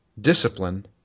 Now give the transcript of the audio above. discipline